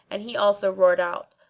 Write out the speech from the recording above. and he also roared out.